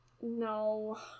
No